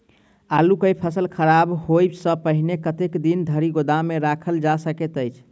आलु केँ फसल खराब होब सऽ पहिने कतेक दिन धरि गोदाम मे राखल जा सकैत अछि?